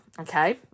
Okay